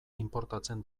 inportatzen